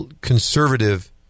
conservative